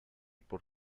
por